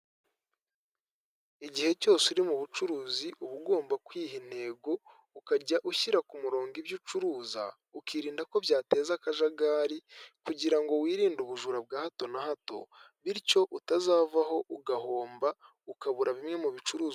Igihe cyose uri mu bucuruzi uba ugomba kwiha intego ukajya ushyira ku murongo ibyo ucuruza ukirinda ko byateza akajagari kugira ngo wirinde ubujura bwa hato na hato bityo utazavaho ugahomba ukabura bimwe mu bicuruzwa.